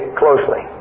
closely